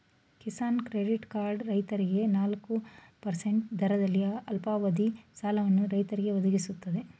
Kisan credit card ರೈತರಿಗೆ ನಾಲ್ಕು percent ದರದಲ್ಲಿ ಅಲ್ಪಾವಧಿ ಸಾಲವನ್ನು ರೈತರಿಗೆ ಒದಗಿಸ್ತದೆ